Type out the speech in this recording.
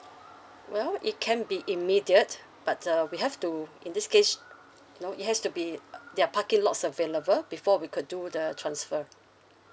well it can be immediate but uh we have to in this case no it has to be uh there're parking lots available before we could do the transfer